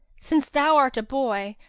since thou art a boy,